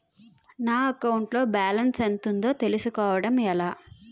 నా అకౌంట్ లో బాలన్స్ ఎంత ఉందో తెలుసుకోవటం ఎలా?